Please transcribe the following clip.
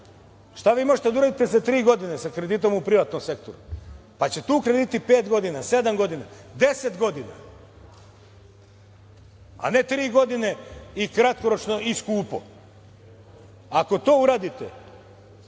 Šta vi možete da uradite za tri godine sa kreditom u privatnom sektoru? Tu će krediti biti pet godina, sedam godina, deset godina, a ne tri godine i kratkoročno i skupo. Ako to uradite